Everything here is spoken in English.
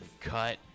cut